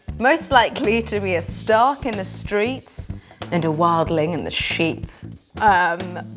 most likely to be a stark in the streets and a wildling in the sheets um.